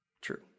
True